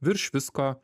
virš visko